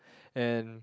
and